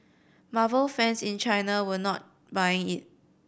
marvel fans in China were not buying it